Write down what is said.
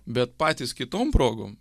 bet patys kitom progom